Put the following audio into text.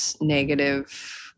negative